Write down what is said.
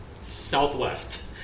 Southwest